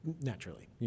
Naturally